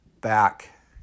back